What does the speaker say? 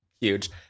Huge